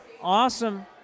Awesome